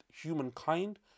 humankind